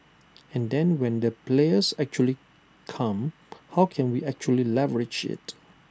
and then when the players actually come how can we actually leverage IT